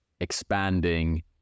expanding